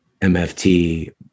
MFT